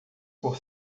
por